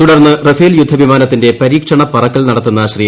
തുടർന്ന് റഫേൽ യുദ്ധ വിമാനത്തിൽ പരീക്ഷണ പറക്കൽ നടത്തുന്ന ശ്രീ